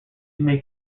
may